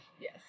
Yes